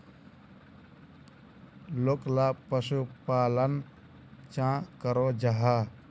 लोकला पशुपालन चाँ करो जाहा?